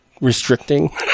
restricting